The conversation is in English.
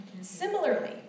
Similarly